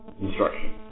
instruction